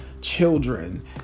children